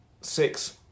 six